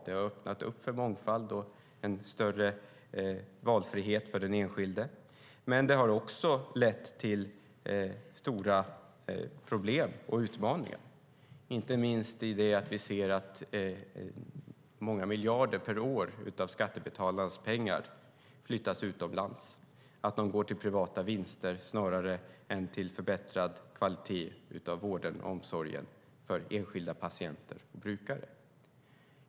Det har öppnat för mångfald och en större valfrihet för den enskilde, men det har också lett till stora problem och utmaningar, inte minst att många miljarder per år av skattebetalarnas pengar flyttas utomlands. De går till privata vinster snarare än till förbättrad kvalitet i vården och omsorgen för enskilda patienter och brukare.